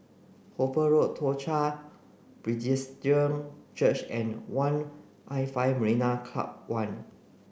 Hooper Road Toong Chai Church and One I five Marina Club One